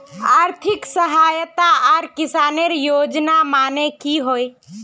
आर्थिक सहायता आर किसानेर योजना माने की होय?